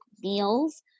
meals